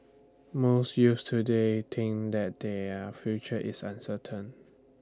most youths today think that their future is uncertain